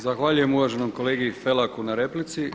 Zahvaljujem uvaženom kolegi Felaku na replici.